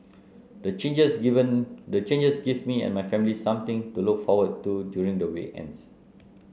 the changes given the changes give me and my family something to look forward to during the weekends